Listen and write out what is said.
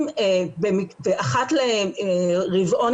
אחת לרבעון,